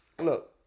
look